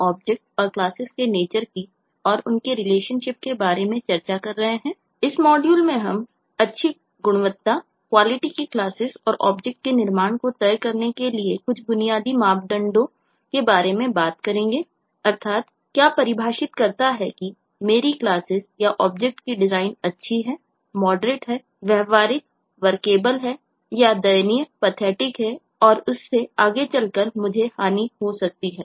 object oriented analysis and design है और उससे आगे चलकर मुझे हानि हो सकती है